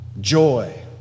joy